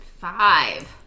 Five